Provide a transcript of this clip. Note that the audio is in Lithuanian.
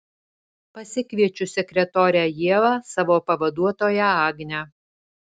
pasikviečiu sekretorę ievą savo pavaduotoją agnę